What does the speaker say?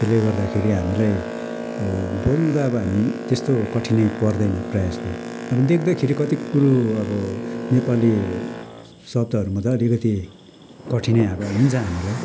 त्यसले गर्दाखेरि हामीलाई अब बोल्नु त अब हामी त्यस्तो कठिनाइ पर्दैन प्रायः जस्तो अब देख्दाखेरि कति कुरो अब नेपाली शब्दहरूमा त अलिकति कठिनाइ अब हुन्छ हामीलाई